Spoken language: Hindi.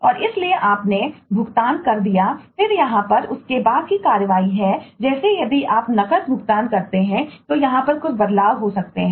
और इसलिए आपने भुगतान कर दिया फिर यहां पर उसके बाद की कार्यवाही है जैसे यदि आप नकद भुगतान करते हैं तो यहां पर कुछ बदलाव हो सकते हैं जो आपको प्राप्त होने वाले हैं